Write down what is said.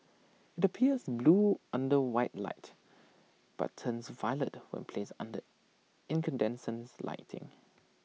IT appears blue under white light but turns violet when placed under incandescent lighting